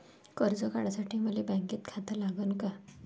कर्ज काढासाठी मले बँकेत खातं लागन का?